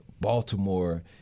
Baltimore